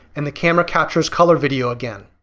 and the camera captures color video again.